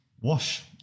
wash